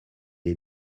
est